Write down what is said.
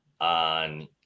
on